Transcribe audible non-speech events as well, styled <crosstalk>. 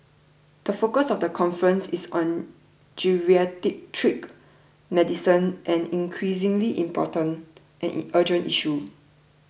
the focus of the conference is on geriatric medicine an increasingly important and <unintelligible> urgent issue